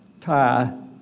tie